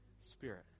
spirit